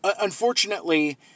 unfortunately